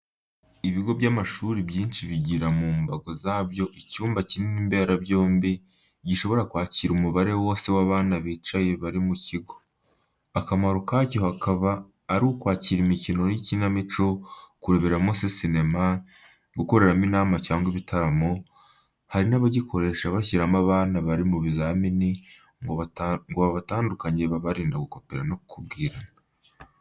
Ibigo by'amashuri byinshi bigira mu mbago zabyo icyumba kinini mberabyombi gishobora kwakira umubare wose w'abana bicaye bari mu kigo. Akamaro kacyo hakaba ari akwakira imikino y'ikinamico, kureberamo se sinema, gukoreramo inama cyangwa ibitaramo, hari n'abagikoresha bashyiramo abana bari mu bizami ngo babatandukanye babarinda gukopera no kubwirana.